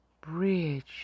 bridge